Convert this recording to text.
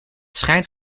schijnt